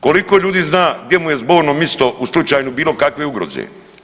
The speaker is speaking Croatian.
Koliko ljudi zna gdje mu je zborno misto u slučaju bilo kakve ugroze?